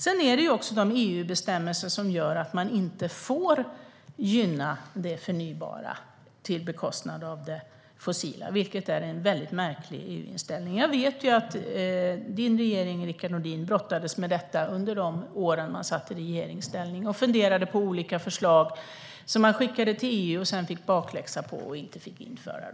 Det är också EU-bestämmelser som gör att man inte får gynna det förnybara på bekostnad av det fossila, vilket är en väldigt märklig inställning. Jag vet ju att din regering, Rickard Nordin, brottades med detta. Man funderade på olika förslag som man skickade till EU och sedan fick bakläxa på och inte fick genomföra.